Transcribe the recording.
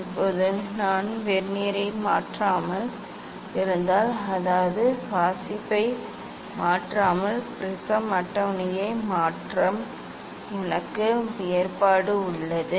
இப்போது நான் வெர்னியரை மாற்றாமல் இருந்தால் அதாவது வாசிப்பை மாற்றாமல் ப்ரிஸம் அட்டவணையை மாற்ற எனக்கு ஏற்பாடு உள்ளது